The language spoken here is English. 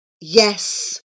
Yes